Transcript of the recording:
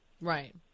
Right